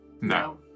No